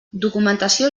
documentació